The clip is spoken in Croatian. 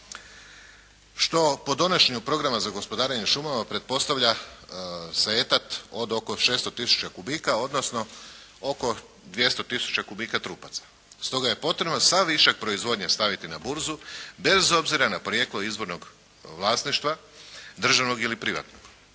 što po donošenju programa za gospodarenje šumama pretpostavlja … /Govornik se ne razumije./ … od oko 600 tisuća kubika odnosno oko 200 tisuća kubika trupaca. Stoga je potrebno sav višak proizvodnje staviti na burzu bez obzira na porijeklo izvornog vlasništva državnog ili privatnog.